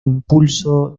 impulso